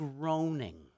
groaning